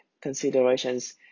considerations